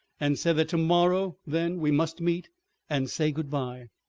and said that to-morrow then we must meet and say good-bye,